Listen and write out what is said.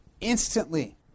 instantly